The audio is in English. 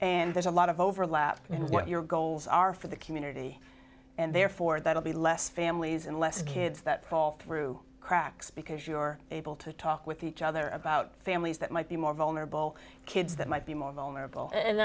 and there's a lot of overlap in what your goals are for the community and therefore that will be less families and less kids that fall through the cracks because you're able to talk with each other about families that might be more vulnerable kids that might be more vulnerable and